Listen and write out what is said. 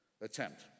attempt